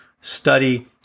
study